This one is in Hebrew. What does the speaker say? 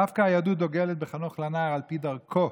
דווקא היהדות דוגלת ב"חנֹך לנער על פי דרכו"